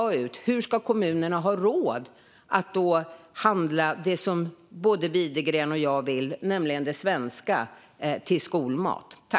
Min fråga är: Hur ska kommunerna ha råd att handla det som både Widegren och jag vill, nämligen svenskt till skolmaten?